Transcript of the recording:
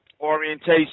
orientation